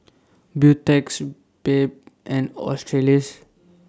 Beautex Bebe and Australis